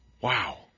Wow